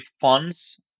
funds